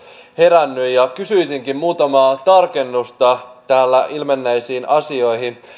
herännyt ja kysyisinkin muutamaa tarkennusta täällä ilmenneisiin asioihin